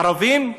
ערבים,